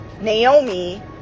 naomi